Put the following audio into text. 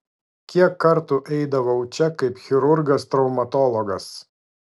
kiek kartų eidavau čia kaip chirurgas traumatologas